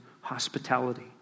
hospitality